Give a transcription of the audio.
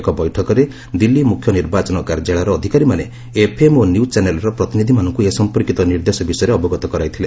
ଏକ ବୈଠକରେ ଦିଲ୍ଲୀ ମୁଖ୍ୟ ନିର୍ବାଚନ କାର୍ଯ୍ୟାଳୟର ଅଧିକାରୀମାନେ ଏଫ୍ଏମ୍ ଓ ନ୍ୟୁଜ୍ ଚ୍ୟାନେଲ୍ର ପ୍ରତିନିଧିମାନଙ୍କୁ ଏ ସମ୍ପର୍କୀତ ନିର୍ଦ୍ଦେଶ ବିଷୟରେ ଅବଗତ କରାଇଥିଲେ